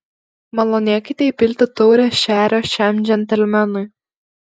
malonėkite įpilti taurę šerio šiam džentelmenui